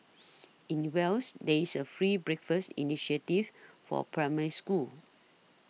in Wales there's a free breakfast initiative for Primary Schools